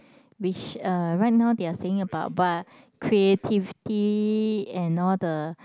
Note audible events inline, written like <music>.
which uh right now they are saying about <noise> creativity and all the